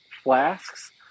flasks